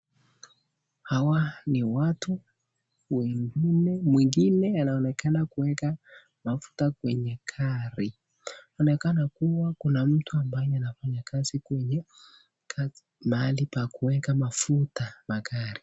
Hawa ni watu, mwengine anaonekana kuweka mafuta kwenye gari. Inaonekana kuwa kuna mtu ambahe anafanya kazi kwenye mahali pa kuweka mafuta magari.